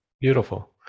Beautiful